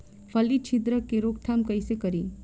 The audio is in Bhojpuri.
फली छिद्रक के रोकथाम कईसे करी?